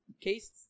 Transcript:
cases